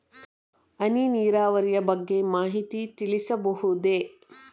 ಹನಿ ನೀರಾವರಿಯ ಬಗ್ಗೆ ಮಾಹಿತಿ ತಿಳಿಸಬಹುದೇ?